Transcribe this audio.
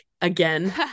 Again